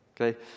okay